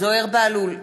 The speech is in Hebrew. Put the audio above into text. זוהיר בהלול,